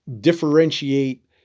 differentiate